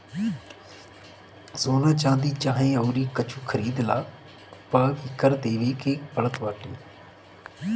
सोना, चांदी चाहे अउरी कुछु खरीदला पअ भी कर देवे के पड़त बाटे